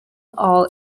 all